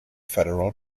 federal